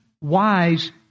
wise